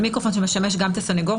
זה מיקרופון שמשמש גם את הסנגור,